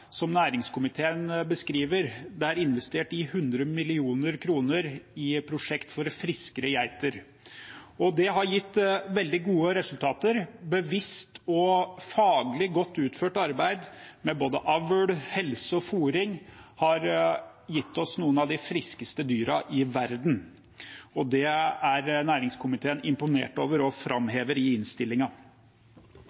Som næringskomiteen beskriver: Det er investert 100 mill. kr i prosjektet «Friskere geiter». Det har gitt veldig gode resultater. Bevisst og faglig godt utført arbeid med både avl, helse og fôring har gitt oss noen av de friskeste dyrene i verden, og det er næringskomiteen imponert over og